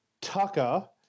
Tucker